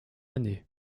année